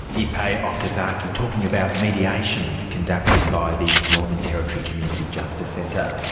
ippei okazaki talking about mediations conducted by the northern territory community justice centre.